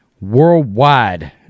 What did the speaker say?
worldwide